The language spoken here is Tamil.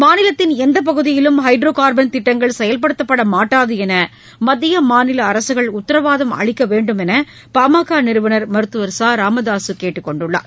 மாநிலத்தின் எந்த பகுதியிலும் ஹைட்ரோ கார்பன் திட்டங்கள் செயல்படுத்தப்பட மாட்டாது என்று மத்திய மாநில அரசுகள் உத்தரவாதம் அளிக்க வேண்டும் என்று பாமக நிறுவனர் மருத்துவர் ச ராமதாசு கேட்டுக்கொண்டுள்ளார்